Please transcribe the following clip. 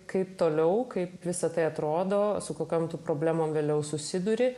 kaip toliau kaip visa tai atrodo sakau kam tų problemų vėliau susiduri